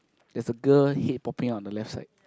there's a girl head popping out on the left side